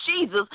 Jesus